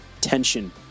tension